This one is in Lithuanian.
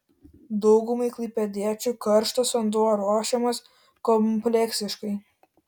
daugumai klaipėdiečių karštas vanduo ruošiamas kompleksiškai